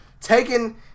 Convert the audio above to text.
taking